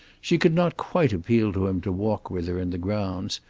she could not quite appeal to him to walk with her in the grounds,